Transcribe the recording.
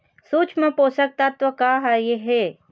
सूक्ष्म पोषक तत्व का हर हे?